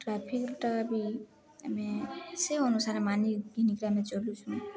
ଟ୍ରାଫିକ୍ଟା ବି ଆମେ ସେଇ ଅନୁସାରେ ମାନିିକିିନିକରି ଆମେ ଚଲୁଛୁ